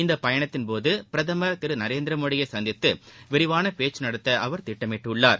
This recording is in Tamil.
இந்த பயணத்தின் போது பிரதமர் திரு நரேந்திர மோடியை சந்தித்து விரிவான பேச்சு நடத்த அவர் திட்டமிட்டுள்ளார்